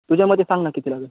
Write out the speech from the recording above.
तुझ्या मते सांग ना किती लागेल